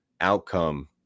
outcome